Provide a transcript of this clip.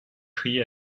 christ